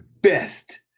best